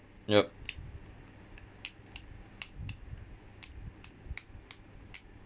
yup